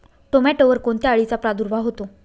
टोमॅटोवर कोणत्या अळीचा प्रादुर्भाव होतो?